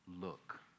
look